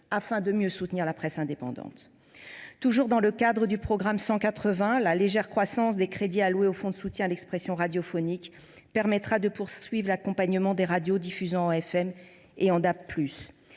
afin de mieux soutenir la presse indépendante. Toujours dans le cadre du programme 180, la légère croissance des crédits alloués au fonds de soutien à l’expression radiophonique permettra de poursuivre l’accompagnement des radios diffusant en FM et en DAB+.